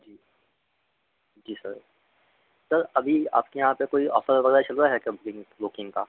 जी जी sir sir अभी आपके यहाँ पर कोई ऑफ़र वग़ैरह चल रहा है क्या बुकिंग बुकिंग का